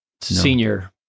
senior